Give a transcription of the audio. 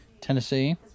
Tennessee